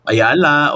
Ayala